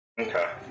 Okay